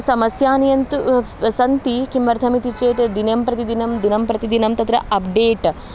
समस्याः तु सन्ति किमर्थमिति चेत् दिनं प्रतिदिनं दिनं प्रतिदिनं तत्र अप्डेट्